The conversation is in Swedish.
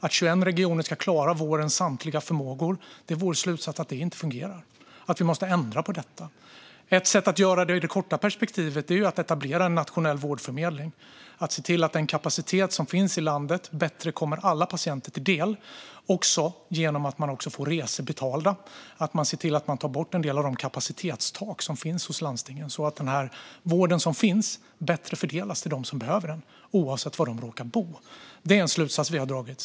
Vår slutsats är att det inte fungerar att 21 regioner ska klara vårdens samtliga förmågor utan att vi måste ändra på detta. Ett sätt att göra det i det korta perspektivet är att etablera en nationell vårdförmedling. Det gäller att se till att den kapacitet som finns i landet bättre kommer alla patienter till del genom att de också får resor betalda. Det gäller att man ser till att ta bort en del av de kapacitetstak som finns hos landstingen så att den vård som finns bättre fördelas till dem som behöver den oavsett var de råkar bo. Det är en slutsats som vi har dragit.